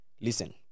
listen